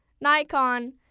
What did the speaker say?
Nikon